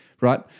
right